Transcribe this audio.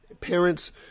parents